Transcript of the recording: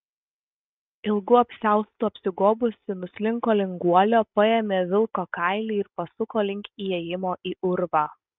ilgu apsiaustu apsigobusi nuslinko link guolio paėmė vilko kailį ir pasuko link įėjimo į urvą